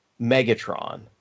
Megatron